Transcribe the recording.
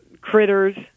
Critters